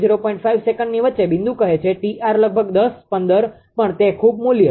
5 સેકંડની વચ્ચે બિંદુ કહે છે 𝑇𝑟 લગભગ 10 15 પણ તે ખૂબ મૂલ્ય છે